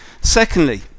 Secondly